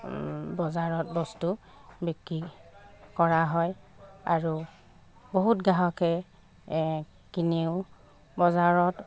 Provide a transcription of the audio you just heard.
বজাৰত বস্তু বিক্ৰী কৰা হয় আৰু বহুত গ্ৰাহকে কিনেও বজাৰত